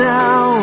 now